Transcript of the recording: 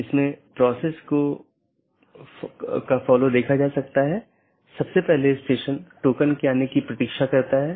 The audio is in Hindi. इसलिए जब ऐसी स्थिति का पता चलता है तो अधिसूचना संदेश पड़ोसी को भेज दिया जाता है